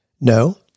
no